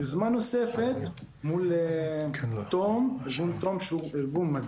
יוזמה נוספת מול ארגון תום,